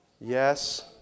Yes